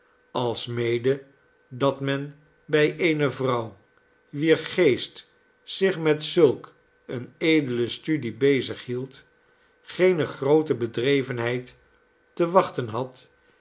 alsmede dat men bij eene vrouw wier geest zich met zulk eene edele studie bezig hield geene groote bedrevenheid te wachten had